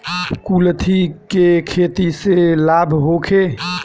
कुलथी के खेती से लाभ होखे?